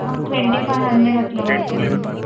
twenty five hundred అట్లా పడుతుంది అండి